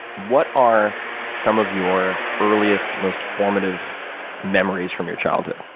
what are some of your eeliest, most formative memories from your childhood?